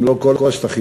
אם לא כל השטחים.